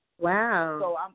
Wow